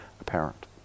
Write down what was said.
apparent